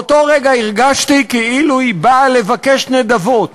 באותו רגע הרגשתי כאילו היא באה לבקש נדבות.